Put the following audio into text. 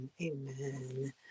amen